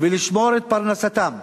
ולשמור את פרנסתם.